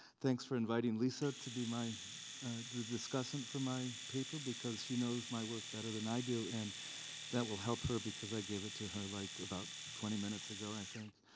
thanks for inviting lisa to be my discussant for my paper because she knows my work better than i do, and that will help her, because i gave it to her like about twenty minutes ago, i think,